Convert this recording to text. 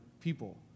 people